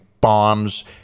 Bombs